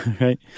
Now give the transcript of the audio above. Right